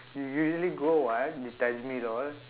you usually go [what] you me that one